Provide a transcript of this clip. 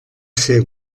ser